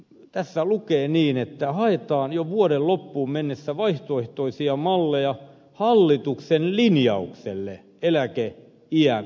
tässä lukee niin että haetaan jo vuoden loppuun mennessä vaihtoehtoisia malleja hallituksen linjaukselle eläkeiän alarajan nostamisesta